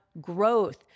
growth